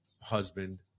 husband